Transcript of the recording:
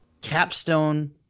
Capstone